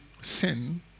sin